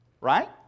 right